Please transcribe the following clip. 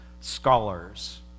scholars